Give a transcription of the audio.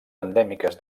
endèmiques